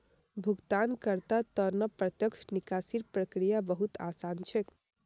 भुगतानकर्तार त न प्रत्यक्ष निकासीर प्रक्रिया बहु त आसान छेक